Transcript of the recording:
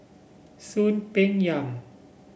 Soon Peng Yam